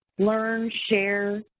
learn, share,